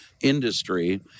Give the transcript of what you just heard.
industry